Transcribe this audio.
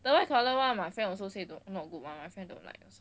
the white colour one of my friend also say not good one my friend don't like